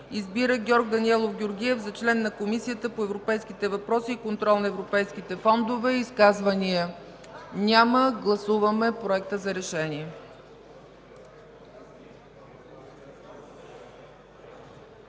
Избира Георг Даниелов Георгиев за член на Комисията по европейските въпроси и контрол на европейските фондове.” Изказвания? Няма. Гласуваме Проекта за решение.